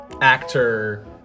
Actor